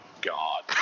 God